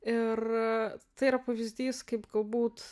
ir tai yra pavyzdys kaip galbūt